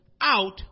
out